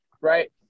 Right